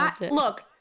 look